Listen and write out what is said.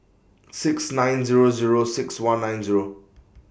six nine Zero Zero six one nine Zero